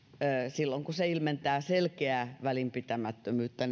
ilmentää selkeää välinpitämättömyyttä